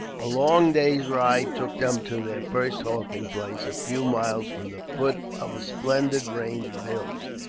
a long day's ride took them to their first halting place, a few miles from the foot of a splendid range of hills,